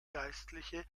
geistliche